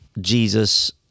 Jesus